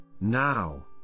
Now